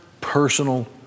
personal